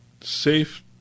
safe